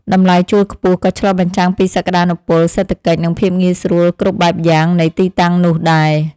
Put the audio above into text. តម្លៃជួលខ្ពស់ក៏ឆ្លុះបញ្ចាំងពីសក្តានុពលសេដ្ឋកិច្ច និងភាពងាយស្រួលគ្រប់បែបយ៉ាងនៃទីតាំងនោះដែរ។